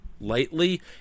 lightly